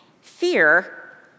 Fear